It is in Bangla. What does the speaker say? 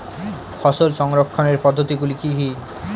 ফসল সংরক্ষণের পদ্ধতিগুলি কি কি?